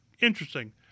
interesting